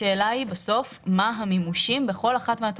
בסוף השאלה היא מה המימושים בכל אחד מהתקנים.